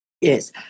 Yes